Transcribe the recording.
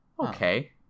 okay